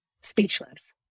speechless